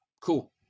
Cool